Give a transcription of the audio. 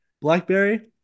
Blackberry